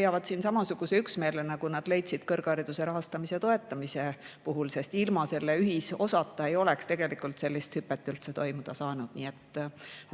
leiavad siin samasuguse üksmeele, nagu nad leidsid kõrghariduse rahastamise ja toetamise puhul. Ilma selle ühisosata ei oleks tegelikult sellist hüpet üldse toimuda saanud. Nii et